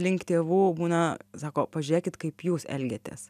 link tėvų būna sako pažiūrėkit kaip jūs elgiatės